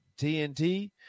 TNT